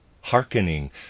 hearkening